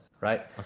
right